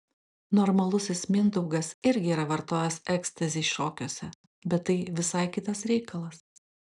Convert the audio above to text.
normalusis mindaugas irgi yra vartojęs ekstazį šokiuose bet tai visai kitas reikalas